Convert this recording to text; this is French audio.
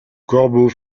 corbeau